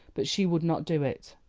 but she would not do it.